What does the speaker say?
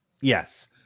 Yes